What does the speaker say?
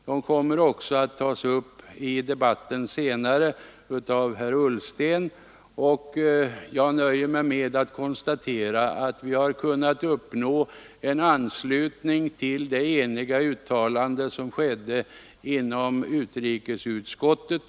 Det kommer också att tas upp i debatten senare av herr Ullsten. Jag nöjer mig med att konstatera att vi har kunnat uppnå en anslutning till det eniga uttalande som gjorts inom utrikesutskottet.